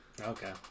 Okay